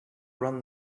run